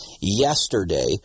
yesterday